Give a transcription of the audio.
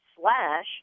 slash